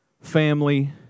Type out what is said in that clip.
family